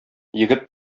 егет